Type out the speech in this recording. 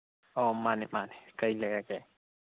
ꯑꯣ ꯃꯥꯅꯦ ꯃꯥꯅꯦ ꯀꯔꯤ ꯂꯩꯔꯒꯦ